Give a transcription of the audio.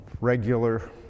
regular